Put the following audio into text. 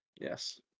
yes